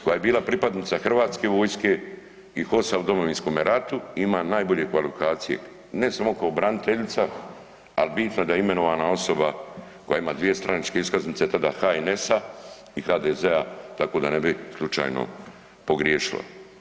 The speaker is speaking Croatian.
Koja je bila pripadnica Hrvatske vojske i HOS-a u Domovinskom ratu, ima najbolje kvalifikacije ne samo kao braniteljica, ali bitno da je imenovana osoba koja ima dvije stranačke iskaznice tada HNS-a i HDZ-a, tako da ne bi slučajno pogriješila.